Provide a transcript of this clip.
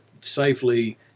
safely